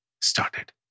started